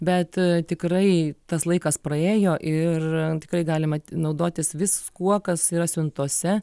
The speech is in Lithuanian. bet tikrai tas laikas praėjo ir tikrai galima naudotis viskuo kas yra siuntose